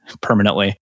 permanently